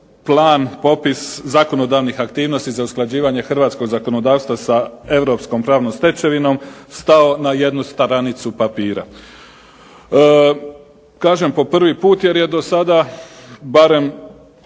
plan, popis zakonodavnih aktivnosti za usklađivanje hrvatskog zakonodavstva sa europskom pravnom stečevinom stao na jednu stranicu papira. Kažem po prvi put jer je do sada barem